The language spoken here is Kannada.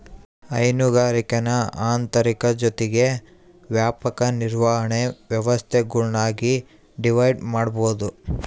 ಹೈನುಗಾರಿಕೇನ ಆಂತರಿಕ ಜೊತಿಗೆ ವ್ಯಾಪಕ ನಿರ್ವಹಣೆ ವ್ಯವಸ್ಥೆಗುಳ್ನಾಗಿ ಡಿವೈಡ್ ಮಾಡ್ಬೋದು